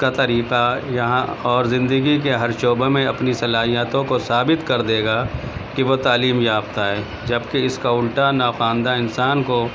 کا طریقہ یہاں اور زندگی کے ہر شعبے میں اپنی صلاحیتوں کو ثابت کر دے گا کہ وہ تعلیم یافتہ ہے جب کہ اس کا الٹا ناخواندہ انسان کو